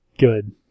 Good